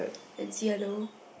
it's yellow